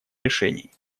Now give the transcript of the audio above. решений